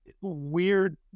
Weird